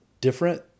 different